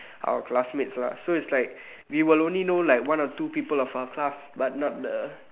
our classmates lah so it's like we will only know like one or two people from our class but not the